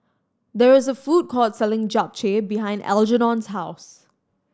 there is a food court selling Japchae behind Algernon's house